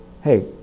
hey